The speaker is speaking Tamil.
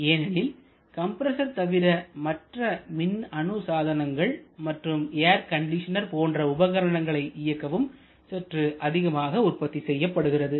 ஏனெனில் கம்ப்ரஸர் தவிர மற்ற மின்னணு சாதனங்கள் மற்றும் ஏர் கண்டிஷனர் போன்ற உபகரணங்களை இயக்கவும் சற்று அதிகமாக உற்பத்தி செய்யப்படுகிறது